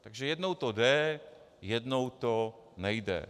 Takže jednou to jde a jednou to nejde.